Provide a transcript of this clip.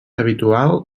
habitual